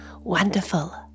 Wonderful